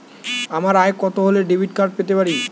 আমার আয় কত হলে ডেবিট কার্ড পেতে পারি?